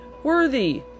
worthy